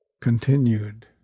continued